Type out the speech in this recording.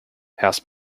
house